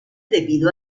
debido